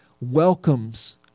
welcomes